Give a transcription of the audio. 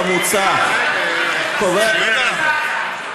הטבע והגנים מתנגדת.